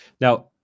Now